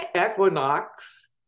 equinox